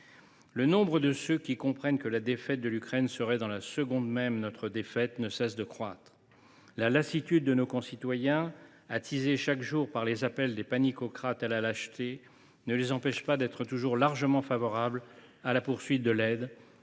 Le nombre de ceux qui comprennent que la défaite de l’Ukraine serait dans la seconde même notre défaite ne cesse de croître. La lassitude de nos concitoyens, attisée chaque jour par les appels à la lâcheté des « paniquocrates », ne les empêche pas d’être toujours largement favorables à la poursuite de l’aide,